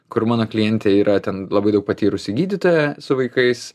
kur mano klientė yra ten labai daug patyrusi gydytoja su vaikais